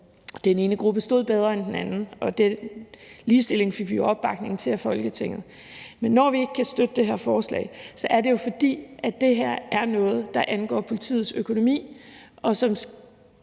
den ene gruppe stod bedre end den anden. Den ligestilling fik vi opbakning til af Folketinget. Når vi ikke kan støtte det her forslag, er det jo, fordi det her er noget, der angår politiets økonomi, og hvor